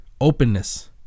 openness